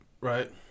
right